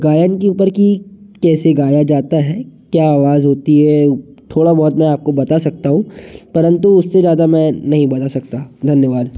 गायन के ऊपर कि कैसे गाया जाता है क्या आवाज होती है थोड़ा बहुत मैं आपको बता सकता हूँ परंतु उससे ज़्यादा मैं नहीं बता सकता धन्यवाद